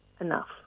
enough